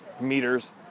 meters